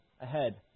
ahead